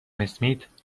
اسمیت